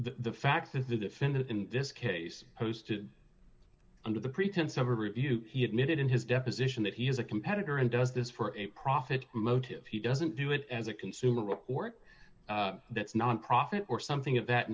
the fact that the defendant in this case has to under the pretense of a review he admitted in his deposition that he is a competitor and does this for profit motive he doesn't do it as a consumer or that's nonprofit or something of that